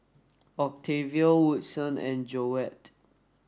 Octavio Woodson and Joette